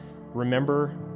remember